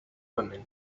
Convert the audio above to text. women